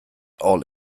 all